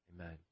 Amen